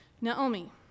Naomi